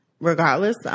Regardless